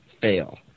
fail